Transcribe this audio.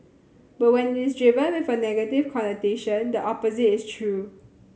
but when it is driven with a negative connotation the opposite is true